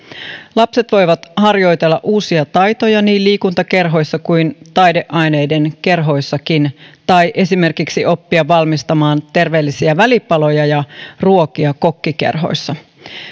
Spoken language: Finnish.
lapset voivat harjoitella uusia taitoja niin liikuntakerhoissa kuin taideaineiden kerhoissakin tai esimerkiksi oppia valmistamaan terveellisiä välipaloja ja ruokia kokkikerhoissa